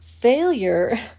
failure